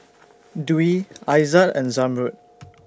Dwi Aizat and Zamrud